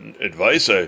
advice